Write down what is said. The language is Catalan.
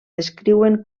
descriuen